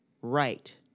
right